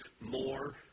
more